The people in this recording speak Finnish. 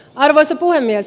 arvoisa puhemies